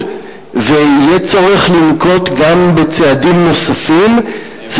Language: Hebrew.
ויהיה צורך לנקוט גם צעדים נוספים.